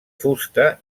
fusta